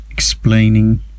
Explaining